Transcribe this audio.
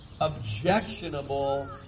objectionable